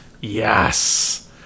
Yes